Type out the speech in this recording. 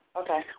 okay